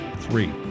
Three